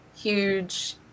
huge